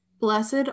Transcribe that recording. blessed